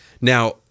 now